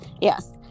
Yes